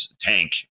tank